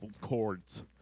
cords